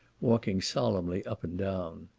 walking solemnly up and down.